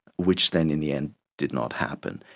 which then in the end did not happen.